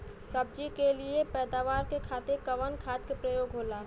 सब्जी के लिए पैदावार के खातिर कवन खाद के प्रयोग होला?